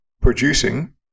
producing